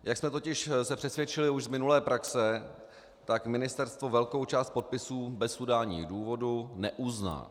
Jak jsme se totiž přesvědčili už z minulé praxe, tak ministerstvo velkou část podpisů bez udání důvodů neuzná.